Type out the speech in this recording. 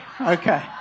Okay